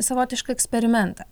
savotišką eksperimentą